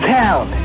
town